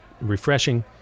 refreshing